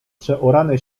przeorane